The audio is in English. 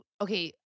okay